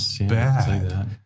bad